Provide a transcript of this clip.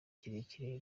kirekire